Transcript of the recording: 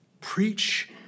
Preach